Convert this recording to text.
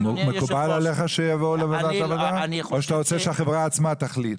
מקובל עליך שיבואו לוועדת העבודה או אתה רוצה שהחברה עצמה תחליט?